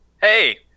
Hey